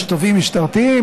יש תובעים משטרתיים.